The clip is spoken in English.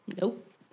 Nope